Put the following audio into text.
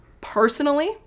Personally